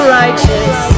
righteous